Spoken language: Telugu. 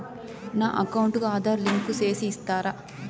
నా అకౌంట్ కు ఆధార్ లింకు సేసి ఇస్తారా?